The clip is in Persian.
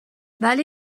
ولی